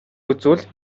үзвэл